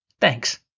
Thanks